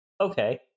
Okay